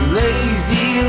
lazy